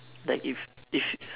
like if if